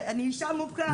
אני אישה מוכה.